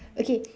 okay